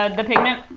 um the pigment?